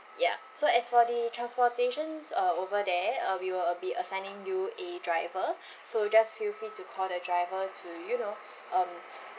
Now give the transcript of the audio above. yup so as for the transportations uh over there uh we will uh be assigning you a driver so just feel free to call the driver to you know um